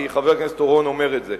כי חבר הכנסת אורון אומר את זה.